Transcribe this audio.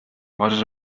poses